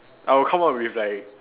I will come up with like